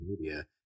media